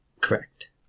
correct